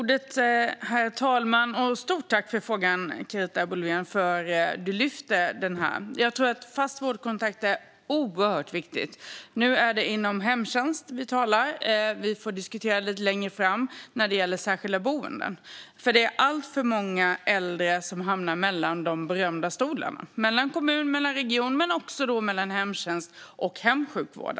Herr talman! Stort tack, Carita Boulwén, för att du lyfter denna fråga! Jag tror att en fast vårdkontakt är oerhört viktig. Nu talar vi om hemtjänst. Lite längre fram får vi diskutera särskilda boenden. Det är alltför många äldre som hamnar mellan de berömda stolarna - mellan kommun och region men också mellan hemtjänst och hemsjukvård.